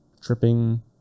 tripping